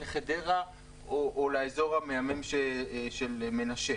לחדרה או לאזור המהמם של מנשה.